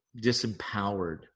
disempowered